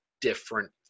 different